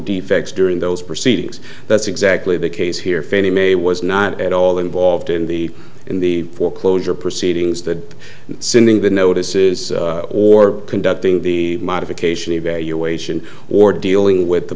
defects during those proceedings that's exactly the case here fannie mae was not at all involved in the in the foreclosure proceedings that sinning the notices or conducting the modification evaluation or dealing with the